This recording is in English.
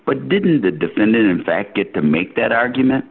but didn't the defendant in fact get to make that argument